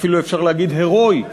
אפילו אפשר להגיד, הירואית.